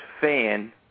fan